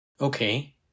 Okay